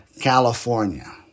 California